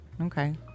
Okay